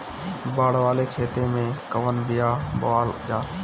बाड़ वाले खेते मे कवन बिया बोआल जा?